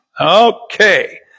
Okay